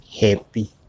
happy